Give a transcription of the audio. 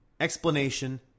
explanation